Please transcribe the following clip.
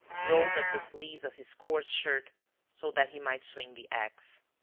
rolled up the sleeves of his coarse shirt so that he might swing the axe.